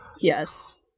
Yes